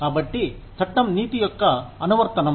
కాబట్టి చట్టం నీతి యొక్క అనువర్తనం